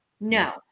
No